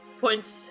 points